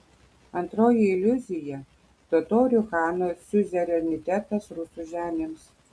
antroji iliuzija totorių chanų siuzerenitetas rusų žemėms